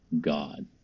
God